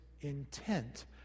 intent